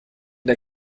der